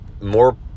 more